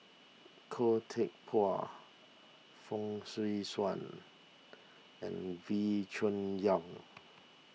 Khoo Teck Puat Fong Swee Suan and Wee Cho Yaw